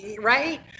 right